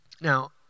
Now